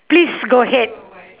please go ahead